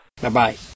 Bye-bye